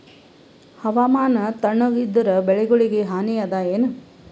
ಹವಾಮಾನ ತಣುಗ ಇದರ ಬೆಳೆಗೊಳಿಗ ಹಾನಿ ಅದಾಯೇನ?